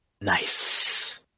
Nice